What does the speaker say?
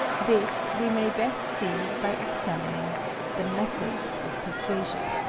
this we may best see by examining the methods of persuasion